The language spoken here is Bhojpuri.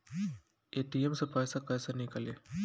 ए.टी.एम से पैसा कैसे नीकली?